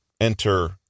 Enter